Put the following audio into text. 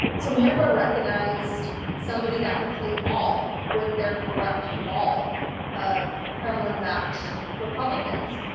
so manafort recognized somebody that could play ball with their corrupt cabal of kremlin-backed republicans,